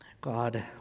God